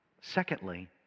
Secondly